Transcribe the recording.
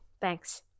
thanks